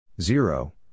Zero